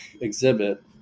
exhibit